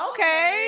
Okay